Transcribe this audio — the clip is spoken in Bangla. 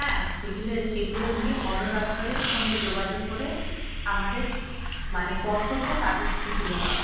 হ্যাঁ সেগুলে সেগুলো নিয়ে বন দপ্তরের সঙ্গে যোগাযোগ করে আমাদের মানে কর্তব্য তাদের হাতে তুলে দেওয়া